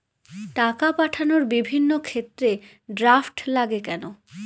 টাকা পাঠানোর বিভিন্ন ক্ষেত্রে ড্রাফট লাগে কেন?